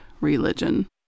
religion